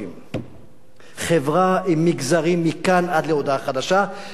חברה עם מגזרים מכאן עד להודעה חדשה, שקו תפר דק